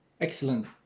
Excellent